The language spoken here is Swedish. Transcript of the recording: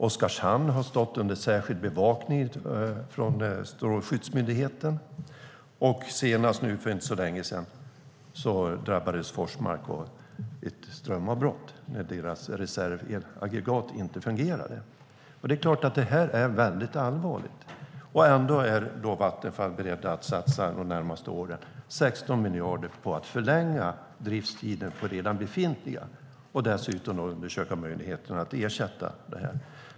Oskarshamn har stått under särskild bevakning från Strålsäkerhetsmyndigheten, och för inte så länge sedan drabbades Forsmark av ett strömavbrott när reservaggregatet inte fungerade. Det är klart att det här är väldigt allvarligt. Ändå är man på Vattenfall beredd att de närmaste åren satsa 16 miljarder på att förlänga drifttiden för redan befintliga reaktorer och dessutom undersöka möjligheten att ersätta dem.